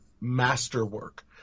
masterwork